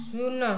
ଶୂନ